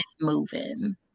moving